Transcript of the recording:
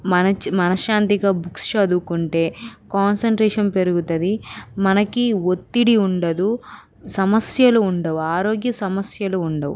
మన మనశాంతిగా బుక్స్ చదువుకుంటే కాన్సన్ట్రేషన్ పెరుగుతుంది మనకి ఒత్తిడి ఉండదు సమస్యలు ఉండవు ఆరోగ్య సమస్యలు ఉండవు